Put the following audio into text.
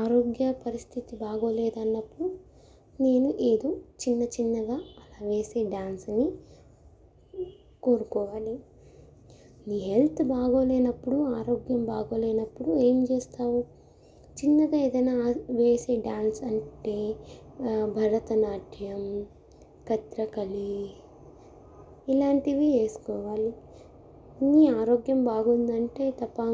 ఆరోగ్యా పరిస్థితి బాగలేదు అన్నప్పుడు నేను ఏదో చిన్న చిన్నగా అలా వేసే డ్యాన్స్ని కోరుకోవాలి నీ హెల్త్ బాగా లేనప్పుడు ఆరోగ్యం బాగా లేనప్పుడు ఏం చేస్తావు చిన్నగా ఏదైనా వేసే డ్యాన్స్ అంటే భరతనాట్యం కథాకళి ఇలాంటివి వేసుకోవాలి నీ ఆరోగ్యం బాగుందంటే తప్ప